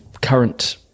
current